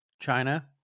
China